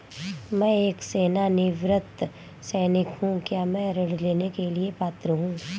मैं एक सेवानिवृत्त सैनिक हूँ क्या मैं ऋण लेने के लिए पात्र हूँ?